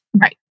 Right